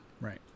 Right